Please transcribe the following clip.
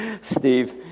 Steve